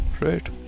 right